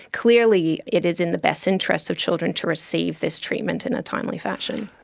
clearly it is in the best interests of children to receive this treatment in a timely fashion.